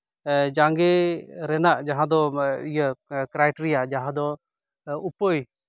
ᱡᱟᱸᱜᱮ ᱨᱮᱱᱟᱜ ᱡᱟᱦᱟᱸ ᱫᱚ ᱤᱭᱟᱹ ᱠᱨᱟᱭᱴᱮᱨᱤᱭᱟ ᱡᱟᱦᱟᱸ ᱫᱚ ᱩᱯᱟᱹᱭ